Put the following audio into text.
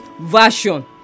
Version